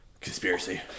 Conspiracy